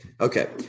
okay